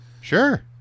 Sure